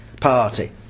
party